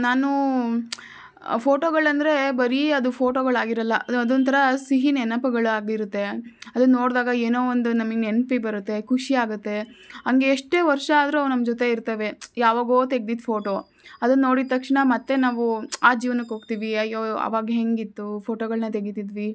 ನಾನು ಫೋಟೋಗಳಂದರೆ ಬರೀ ಅದು ಫೋಟೋಗಳಾಗಿರೋಲ್ಲ ಅದು ಒಂಥರ ಸಿಹಿ ನೆನಪುಗಳಾಗಿರುತ್ತೆ ಅದನ್ನ ನೋಡಿದಾಗ ಏನೋ ಒಂದು ನಮಗ್ ನೆನ್ಪು ಬರುತ್ತೆ ಖುಷಿ ಆಗುತ್ತೆ ಹಂಗೆ ಎಷ್ಟೇ ವರ್ಷ ಆದರೂ ಅವು ನಮ್ಮ ಜೊತೆ ಇರ್ತವೆ ಯಾವಾಗೋ ತೆಗ್ದಿದ್ದ ಫೋಟೋ ಅದನ್ನ ನೋಡಿದ ತಕ್ಷಣ ಮತ್ತೆ ನಾವು ಆ ಜೀವ್ನಕ್ಕೆ ಹೋಗ್ತಿವಿ ಅಯ್ಯೋ ಆವಾಗ ಹೇಗಿತ್ತು ಫೋಟೋಗಳನ್ನ ತೆಗಿತಿದ್ವಿ